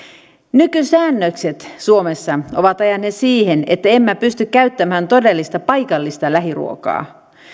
nykysäännökset suomessa ovat ajaneet siihen että emme pysty käyttämään todellista paikallista lähiruokaa